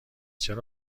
چرا